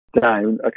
down